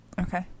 Okay